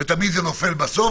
ותמיד זה נופל בסוף,